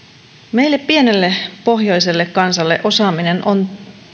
meille pienelle pohjoiselle kansalle osaaminen on